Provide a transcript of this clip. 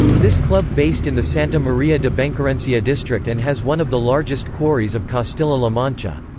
this club based in the santa maria de benquerencia district and has one of the largest quarries of castilla-la mancha.